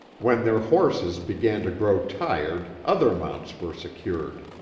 when their horses began to grow tired, other mounts were secured.